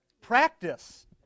practice